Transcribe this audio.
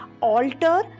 alter